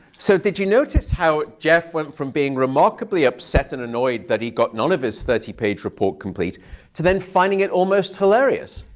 so did you notice how jeff went from being remarkably upset and annoyed that he got none of his thirty page report complete to then finding it almost hilarious?